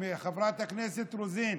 חברת הכנסת רוזין,